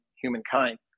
humankind